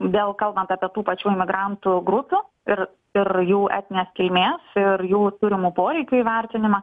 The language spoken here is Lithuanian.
vėl kalbant apie tų pačių emigrantų grupių ir ir jų etninės kilmės ir jo turimų poreikių įvertinimą